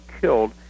killed